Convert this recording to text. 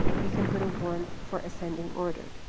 you can put a one for ascending order.